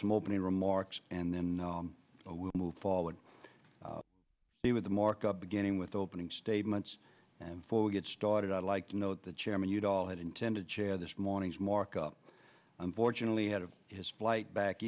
some opening remarks and then i will move forward the with the markup beginning with opening statements and for get started i'd like to note the chairman you'd all had intended to share this morning's markup unfortunately had a his flight back